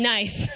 Nice